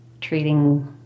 treating